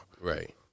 Right